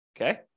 Okay